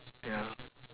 ya